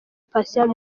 patient